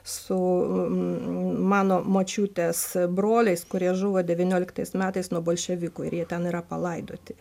su mano močiutės broliais kurie žuvo devynioliktais metais nuo bolševikų ir jie ten yra palaidoti